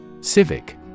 Civic